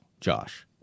Josh